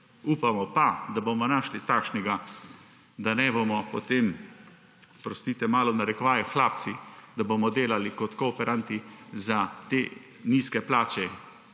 Upamo pa, da bomo našli takšnega, da ne bomo potem, oprostite, malo v narekovajih, »hlapci«, da bomo delali kot kooperanti za nizke plače,